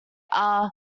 are